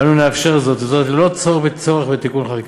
אנו נאפשר זאת ללא צורך בתיקון חקיקה.